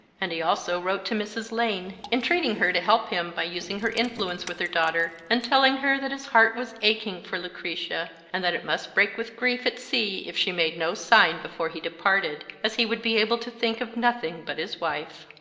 and he also wrote to mrs. lane, entreating her to help him by using her influence with her daughter, and telling her that his heart was aching for lucretia, and that it must break with grief at sea if she made no sign before he departed, as he would be able to think of nothing but his wife.